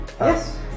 Yes